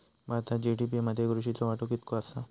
भारतात जी.डी.पी मध्ये कृषीचो वाटो कितको आसा?